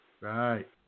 right